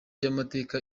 y’amateka